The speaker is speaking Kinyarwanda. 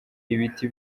ibiti